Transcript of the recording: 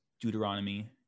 Deuteronomy